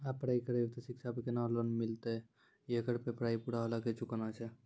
आप पराई करेव ते शिक्षा पे केना लोन मिलते येकर मे पराई पुरा होला के चुकाना छै?